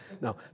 No